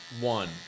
One